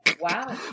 Wow